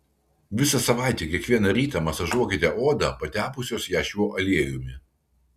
visą savaitę kiekvieną rytą masažuokite odą patepusios ją šiuo aliejumi